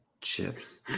Chips